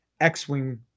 X-Wing